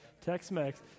Tex-Mex